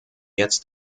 jetzt